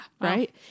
Right